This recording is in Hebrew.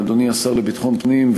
אדוני השר לביטחון פנים,